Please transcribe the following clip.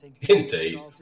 Indeed